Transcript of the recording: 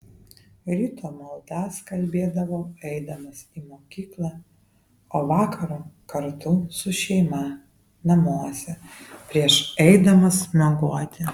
ryto maldas kalbėdavau eidamas į mokyklą o vakaro kartu su šeima namuose prieš eidamas miegoti